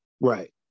Right